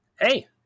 Hey